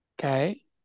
Okay